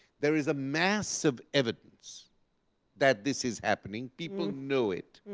there is a mass of evidence that this is happening. people know it,